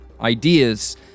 ideas